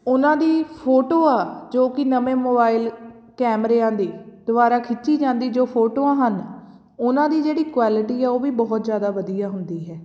ਉਹਨਾਂ ਦੀ ਫੋਟੋ ਆ ਜੋ ਕਿ ਨਵੇਂ ਮੋਬਾਈਲ ਕੈਮਰਿਆਂ ਦੀ ਦੁਆਰਾ ਖਿੱਚੀ ਜਾਂਦੀ ਜੋ ਫੋਟੋਆਂ ਹਨ ਉਹਨਾਂ ਦੀ ਜਿਹੜੀ ਕੁਆਲਿਟੀ ਆ ਉਹ ਵੀ ਬਹੁਤ ਜ਼ਿਆਦਾ ਵਧੀਆ ਹੁੰਦੀ ਹੈ